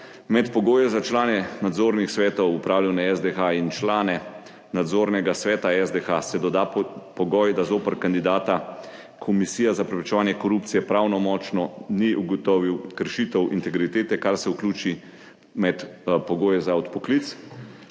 med pogoje za člane nadzornih svetov upravljanja SDH in člane nadzornega sveta SDH se doda pogoj, da zoper kandidata Komisija za preprečevanje korupcije pravnomočno ni ugotovila kršitev integritete, kar se vključi med pogoje za odpoklic;